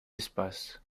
espaces